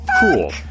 cool